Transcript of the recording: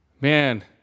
man